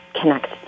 connect